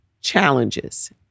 challenges